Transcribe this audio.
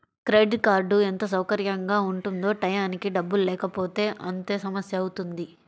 credit card ఎంత సౌకర్యంగా ఉంటుందో టైయ్యానికి డబ్బుల్లేకపోతే అంతే సమస్యవుతుంది